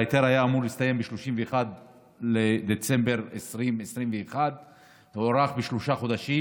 ההיתר היה אמור להסתיים ב-31 בדצמבר 2021 והוארך בשלושה חודשים.